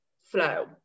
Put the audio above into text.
Flow